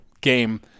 game